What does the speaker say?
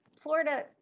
Florida